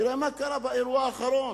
תראה מה קרה באירוע האחרון,